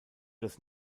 das